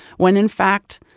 when, in fact,